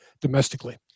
domestically